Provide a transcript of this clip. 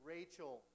Rachel